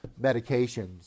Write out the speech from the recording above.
medications